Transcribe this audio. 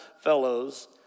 fellows